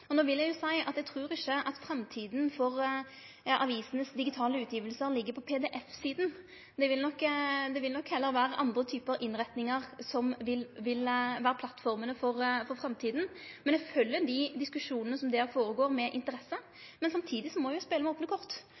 Eg vil seie at eg trur ikkje at framtida for avisenes digitale utgjevingar ligg på PDF-sida, det vil nok heller vere andre typar innretningar som vil vere plattformene for framtida. Men eg følgjer med interesse diskusjonane her. Samtidig må me spele med